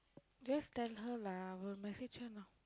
just tell her lah I will message her now